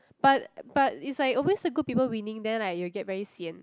but but it's like always the good people winning then like you will get very sian